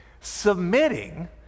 Submitting